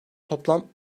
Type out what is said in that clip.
toplam